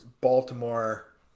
Baltimore